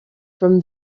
from